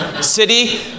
City